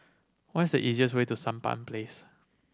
what is the easiest way to Sampan Place